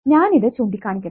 ഞാൻ ഇത് ചൂണ്ടി കാണിക്കട്ടെ